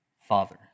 Father